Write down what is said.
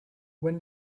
when